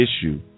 issue